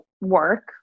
work